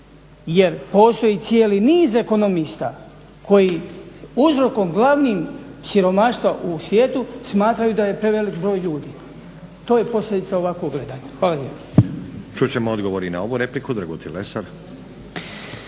Jer postoji cijeli niz ekonomista koji uzrokom glavnim siromaštva u svijetu smatraju da je preveliki broj ljudi, to je posljedica ovakvog gledanja. Hvala